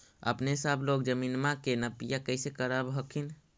अपने सब लोग जमीनमा के नपीया कैसे करब हखिन?